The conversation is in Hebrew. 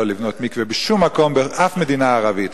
לבנות מקווה בשום מקום באף מדינה ערבית.